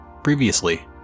Previously